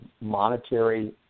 monetary